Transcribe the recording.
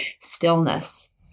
Stillness